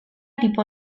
tipo